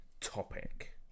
topic